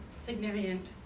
significant